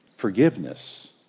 Forgiveness